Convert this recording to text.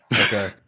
okay